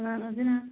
ꯀꯅꯥ ꯑꯣꯏꯗꯣꯏꯅꯣ